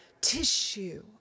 tissue